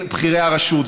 אל בכירי הרשות.